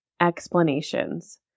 explanations